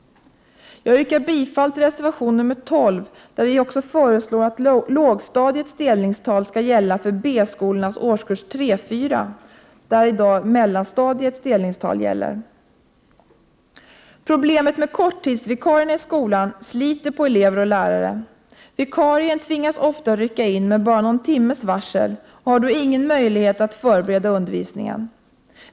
Jag yrkar bifall till reservation nr 12, 24 maj 1989 där vi föreslår att lågstadiets delningstal skall gälla för B-skolans årskurs 3—4, där i dag mellanstadiets delningstal gäller. Problemet med korttidsvikarierna i skolan sliter på elever och lärare. Vikarien tvingas ofta rycka in med bara någon timmes varsel och har då ingen möjlighet att förbereda undervisningen.